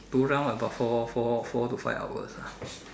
two rounds about four four four to five hours ah